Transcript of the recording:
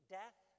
death